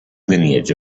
lineage